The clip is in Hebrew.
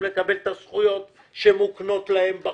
לקבל את הזכויות שמוקנות להם בחוק,